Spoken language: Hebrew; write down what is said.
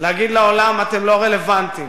להגיד לעולם: אתם לא רלוונטיים,